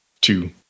two